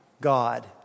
God